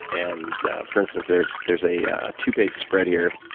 and for instance, there's there's a two page spread here.